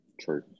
True